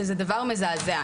שזה דבר מזעזע.